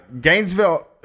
Gainesville